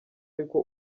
ariko